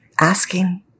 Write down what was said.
asking